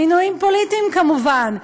מינויים פוליטיים, כמובן.